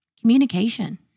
communication